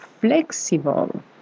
flexible